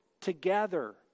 together